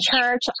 church